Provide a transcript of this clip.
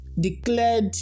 declared